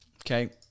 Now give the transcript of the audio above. okay